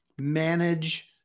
manage